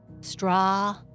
Straw